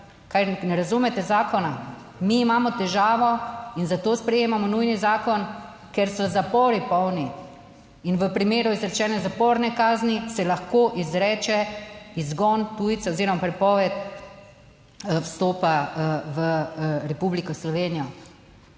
kaj ne razumete zakona? Mi imamo težavo in zato sprejemamo nujni zakon, ker so zapori polni in v primeru izrečene zaporne kazni se lahko izreče izgon tujcev oziroma prepoved vstopa v Republiko Slovenijo,